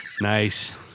Nice